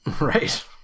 Right